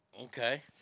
okay